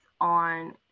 on